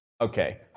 okay